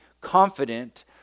confident